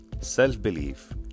Self-belief